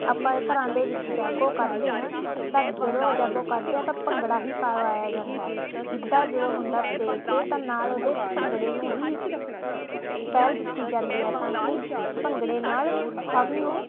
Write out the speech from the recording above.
ਆਪਾਂ ਘਰਾਂ ਦੇ ਵਿੱਚ ਜਾਗੋ ਕੱਢਦੇ ਹਾਂ ਤਾਂ ਜਦੋਂ ਜਾਗੋ ਕੱਢਦੇ ਹਾਂ ਤਾਂ ਭੰਗੜਾ ਹੀ ਪਾਇਆ ਜਾਂਦਾ ਹੈ ਗਿੱਧਾ ਜਦੋਂ ਹੁੰਦਾ ਸਟੇਜ 'ਤੇ ਤਾਂ ਨਾਲ ਉਹਦੇ ਭੰਗੜੇ ਨੂੰ ਹੀ ਪਹਿਲ ਦਿੱਤੀ ਜਾਂਦੀ ਹੈ ਤਾਂ ਕਿ ਭੰਗੜੇ ਨਾਲ ਸਭ ਨੂੰ